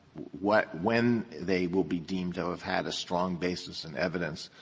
what when they will be deemed to have had a strong basis in evidence